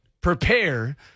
prepare